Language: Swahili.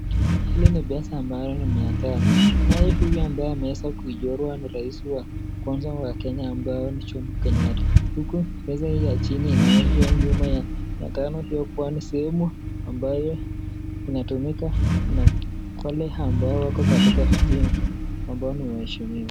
Hii ni pesa ambalo shilingi mia tano. Nayo juu yake ambayo imeweza kuchorwa ni rais wa kwanza wa Kenya ambayo ni Jomo Kenyatta. Huku pesa hii ya chini inaonyesha nyuma ya mia tano hiyo kuwa ni sehemu ambayo inatumika na wale ambao wako katika vitini, ambapo ni waheshimiwa.